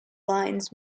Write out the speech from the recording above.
lines